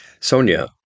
Sonia